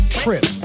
trip